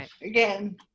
again